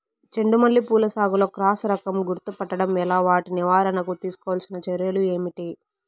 చెండు మల్లి పూల సాగులో క్రాస్ రకం గుర్తుపట్టడం ఎలా? వాటి నివారణకు తీసుకోవాల్సిన చర్యలు ఏంటి?